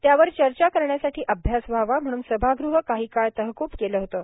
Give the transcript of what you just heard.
त्यावर चर्चा करण्यासाठी अभ्यास व्हावा म्हणून सभागृह काही काळ तहकूब केलं होतं